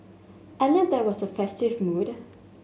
at least there was a festive mood